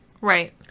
Right